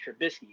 Trubisky